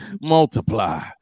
multiply